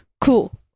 cool